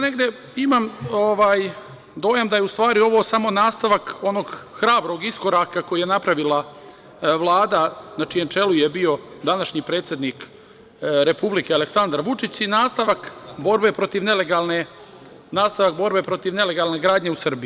Negde imam dojam da je u stvari ovo samo nastavak onog hrabrog iskoraka koji je napravila Vlada na čijem čelu je bio današnji predsednik Republike Aleksandar Vučić i nastavak borbe protiv nelegalne gradnje u Srbiji.